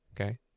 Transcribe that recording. Okay